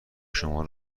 شما